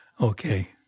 Okay